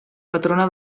patrona